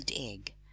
egg